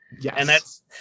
Yes